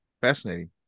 Fascinating